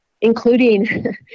including